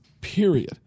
Period